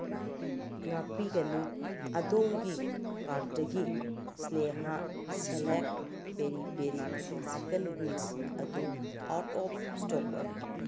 ꯉꯥꯛꯄꯤꯕꯒꯅꯤ ꯑꯗꯣꯝꯒꯤ ꯀꯥꯔꯠꯇꯒꯤ Sneha select peri peri chicken wings ꯑꯗꯨ ꯑꯥꯎꯠ ꯑꯣꯐ ꯏꯁꯇꯣꯛ ꯑꯣꯏꯔꯦ